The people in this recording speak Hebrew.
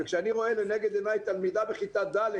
כשאני רואה לנגד עיני תלמידה בכיתה ד'